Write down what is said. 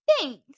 Thanks